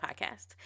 podcast